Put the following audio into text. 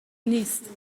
نیست